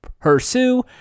pursue